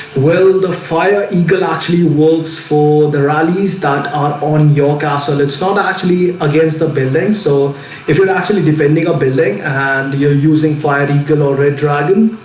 well, the fire equal actually works for the rallies that are on your castle it's not actually against the pendants so if you're actually defending and you're using fire econ or red dragon